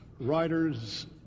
riders